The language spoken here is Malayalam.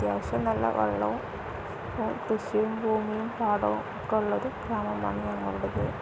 അത്യാവശ്യം നല്ല വെള്ളവും കൃഷിയും ഭൂമിയും പാടവും ഒക്കെ ഉള്ള ഒരു ഗ്രാമമാണ് ഞങ്ങളുടേത്